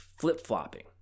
flip-flopping